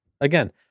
again